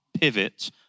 pivot